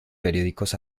periódicos